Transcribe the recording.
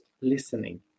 listening